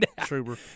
trooper